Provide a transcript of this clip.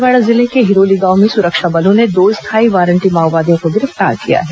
दंतेवाड़ा जिले के हिरोली गांव में सुरक्षा बलों ने दो स्थायी वारंटी माओवादियों को गिरफ्तार किया है